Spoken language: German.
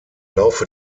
laufe